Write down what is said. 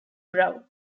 brown